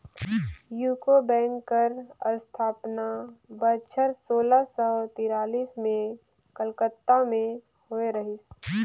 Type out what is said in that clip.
UCO bank कर असथापना बछर सोला सव तिरालिस में कलकत्ता में होए रहिस